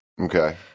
Okay